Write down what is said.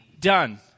done